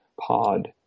pod